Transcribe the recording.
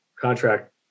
contract